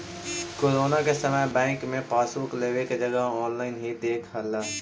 corona के समय bank से पासबुक लेवे के जगह ऑनलाइन ही देख ला